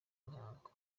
imihango